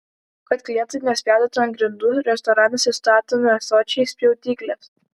kad klientai nespjaudytų ant grindų restoranuose statomi ąsočiai spjaudyklės